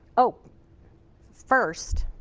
oh first,